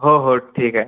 हो हो ठीक आहे